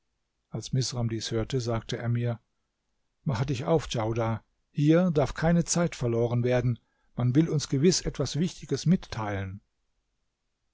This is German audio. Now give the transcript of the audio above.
als misram dies hörte sagte er mir mache dich auf djaudar hier darf keine zeit verloren werden man will uns gewiß etwas wichtiges mitteilen